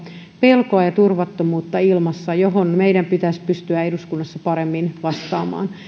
pelkoa ja turvattomuutta ilmassa johon meidän pitäisi pystyä eduskunnassa paremmin vastaamaan